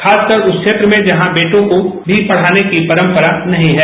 खासकर उस क्षेत्र में जहां बेटों को भी पढाने की परंपरा नहीं है